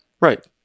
Right